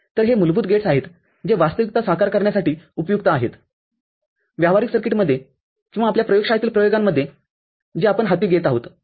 तरहे मूलभूत गेट्सआहेत जे वास्तविकता साकार करण्यासाठी उपयुक्त आहेत व्यावहारिक सर्किटमध्ये किंवा आपल्या प्रयोगशाळेतील प्रयोगांमध्ये जेआपण हाती घेत आहोत